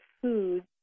food